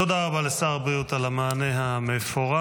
תודה רבה לשר הבריאות על המענה המפורט.